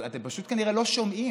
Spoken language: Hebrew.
אבל אתם פשוט כנראה לא שומעים.